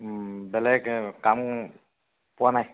বেলেগ কাম পোৱা নাই